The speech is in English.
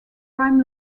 prime